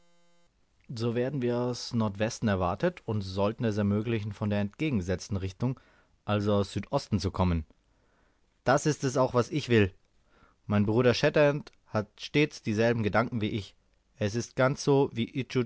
so werden wir aus nordwesten erwartet und sollten es ermöglichen von der entgegengesetzten richtung also aus südosten zu kommen das ist es was auch ich will mein bruder shatterhand hat stets dieselben gedanken wie ich es ist ganz so wie